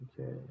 Okay